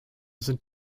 sind